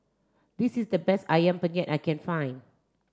this is the best ayam penyet I can find